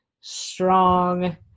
strong